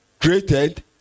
created